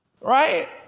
Right